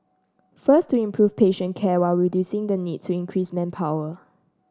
first to improve patient care while reducing the need to increase manpower